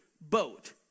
boat